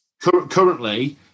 Currently